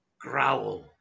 growl